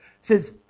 says